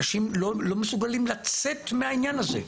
אנשים לא מסוגלים לצאת מהעניין הזה.